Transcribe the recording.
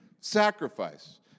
sacrifice